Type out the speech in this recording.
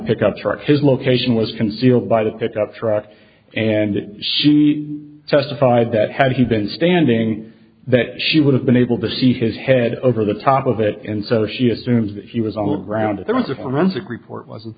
pickup truck his location was concealed by the pickup truck and she testified that had he been standing that she would have been able to see his head over the top of it and so she assumes that he was on the ground if there was a